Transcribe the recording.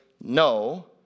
no